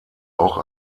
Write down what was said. auch